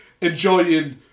enjoying